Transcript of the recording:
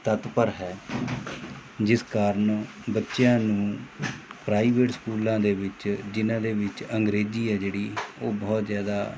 ਤਤਪਰ ਹੈ ਜਿਸ ਕਾਰਨ ਬੱਚਿਆਂ ਨੂੰ ਪ੍ਰਾਈਵੇਟ ਸਕੂਲਾਂ ਦੇ ਵਿੱਚ ਜਿਨ੍ਹਾਂ ਦੇ ਵਿੱਚ ਅੰਗਰੇਜ਼ੀ ਹੈ ਜਿਹੜੀ ਉਹ ਬਹੁਤ ਜਿਆਦਾ